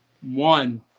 one